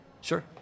Sure